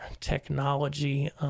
technology